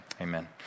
amen